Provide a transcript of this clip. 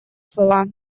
слова